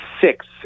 six